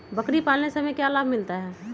बकरी पालने से हमें क्या लाभ मिलता है?